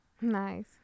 nice